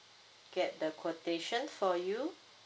get the quotation for you